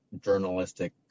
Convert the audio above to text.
journalistic